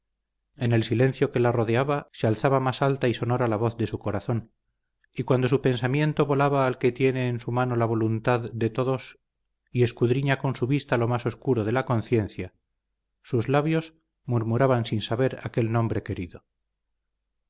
en el silencio que la rodeaba se alzaba más alta y sonora la voz de su corazón y cuando su pensamiento volaba al que tiene en su mano la voluntad de todos y escudriña con su vista lo más oscuro de la conciencia sus labios murmuraban sin saber aquel nombre querido